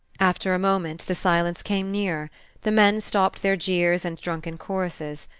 after a moment, the silence came nearer the men stopped their jeers and drunken choruses.